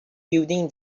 building